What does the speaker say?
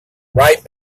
right